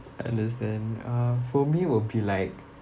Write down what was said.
understand uh for me will be like